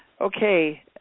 okay